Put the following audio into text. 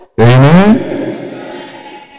Amen